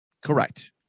Correct